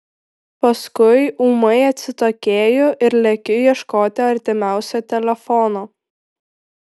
paskui ūmai atsitokėju ir lekiu ieškoti artimiausio telefono